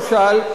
למשל,